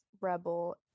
rebel